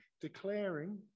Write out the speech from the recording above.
declaring